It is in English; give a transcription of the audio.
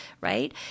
right